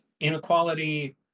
inequality